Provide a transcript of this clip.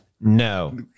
No